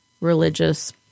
religious